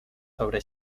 sobre